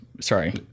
sorry